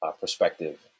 perspective